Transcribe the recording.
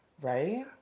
Right